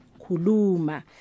Kuluma